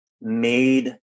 made